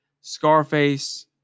Scarface